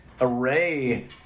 array